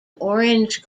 orange